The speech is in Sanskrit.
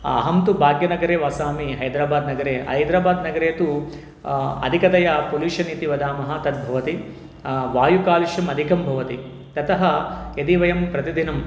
अहं तु भाग्यनगरे वसामि हैदराबादनगरे हैदराबादनगरे तु अधिकतया पोल्युषन् इति वदामः तद् भवति वायुकालुष्यम् अधिकं भवति ततः यदि वयं प्रतिदिनम्